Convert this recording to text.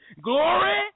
Glory